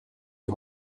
die